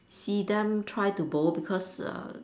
see them try to bowl because err